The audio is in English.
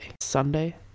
Sunday